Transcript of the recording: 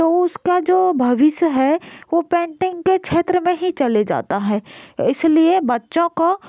तो उसका जो भविष्य है वह पैंटिंग के क्षेत्र में ही चले जाता है इसलिए बच्चों को